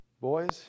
boys